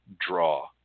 draw